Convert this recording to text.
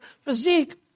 physique